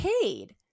paid